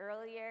earlier